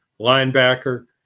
linebacker